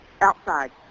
Outside